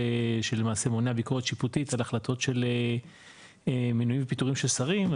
שלמעשה מונע ביקורת שיפוטית על החלטות של מינויים ופיטורים של שרים,